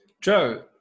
joe